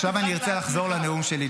עכשיו אני ארצה לחזור לנאום שלי,